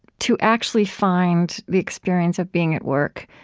to actually find the experience of being at work